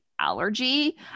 allergy